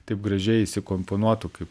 taip gražiai įsikomponuotų kaip